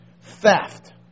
Theft